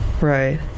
right